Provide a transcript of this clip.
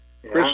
Chris